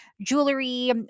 jewelry